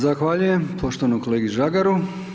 Zahvaljujem poštovanom kolegi Žagaru.